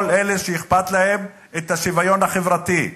כל אלה שאכפת להם מהשוויון החברתי,